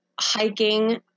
hiking